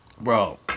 Bro